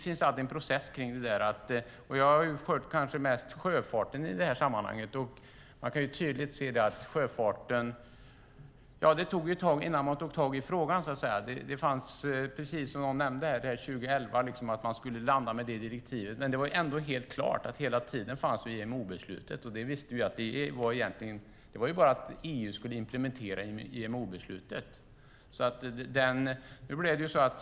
Jag utgår kanske mest från sjöfarten, och man kan tydligt se att det tog ett tag innan man tog tag i frågan. Man skulle landa med direktivet 2011, men IMO-beslutet fanns ju hela tiden. Det handlade om att EU skulle implementera IMO-beslutet.